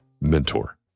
mentor